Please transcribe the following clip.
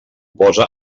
posa